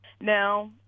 Now